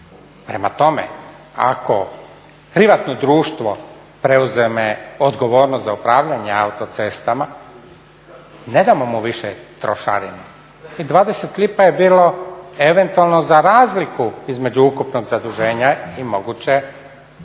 Prema tome, ako privatno društvo preuzme odgovornost za upravljanje autocestama ne damo mu više trošarinu. 20 lipa je bilo eventualno za razliku između ukupnog zaduženja i moguće